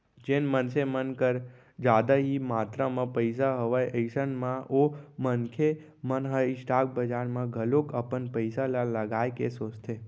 जेन मनसे मन कर जादा ही मातरा म पइसा हवय अइसन म ओ मनखे मन ह स्टॉक बजार म घलोक अपन पइसा ल लगाए के सोचथे